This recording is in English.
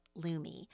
Lumi